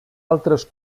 altres